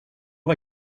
var